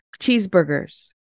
Cheeseburgers